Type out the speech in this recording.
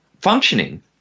functioning